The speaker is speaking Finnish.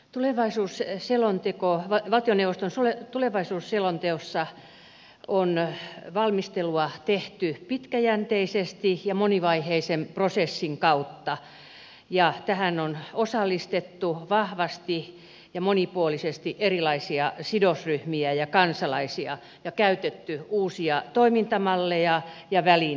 tulevaisuus ei selontekoon way wakenius valtioneuvoston tulevaisuusselonteossa on valmistelua tehty pitkäjänteisesti ja monivaiheisen prosessin kautta ja tähän on osallistettu vahvasti ja monipuolisesti erilaisia sidosryhmiä ja kansalaisia ja on käytetty uusia toimintamalleja ja välineitä